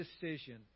decision